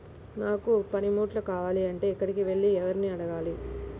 నాకు పనిముట్లు కావాలి అంటే ఎక్కడికి వెళ్లి ఎవరిని ఏమి అడగాలి?